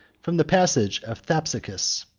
from the passage of thapsacus,